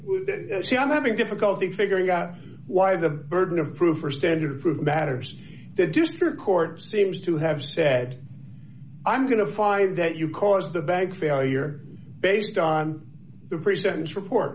whether i'm having difficulty figuring out why the burden of proof or standard of proof matters the district court seems to have said i'm going to find that you cause the bag failure based on the pre sentence report